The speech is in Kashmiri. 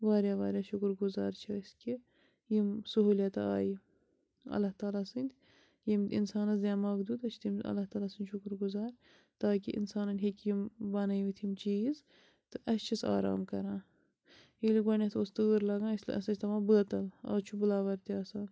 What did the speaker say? واریاہ واریاہ شکر گُزار چھِ أسۍ کہِ یِم سہوٗلیت آیہِ اللہ تعالیٰ سٕنٛدۍ یٔمۍ اِنسانَس دیٚماغ دیٛت أسۍ چھِ تٔمس اللہ تعالیٰ سٕنٛدۍ شکر گُزار تاکہِ اِنسانَن ہیٚکہِ یِم بَنٲیِتھ یِم چیٖز تہٕ أسۍ چھِس آرام کَران ییٚلہِ گۄڈنیٚتھ ٲس تۭر لگان أسۍ ہسا ٲسۍ تھاوان بٲتَل آز چھُ بٕلاوَر تہِ آسان